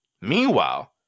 Meanwhile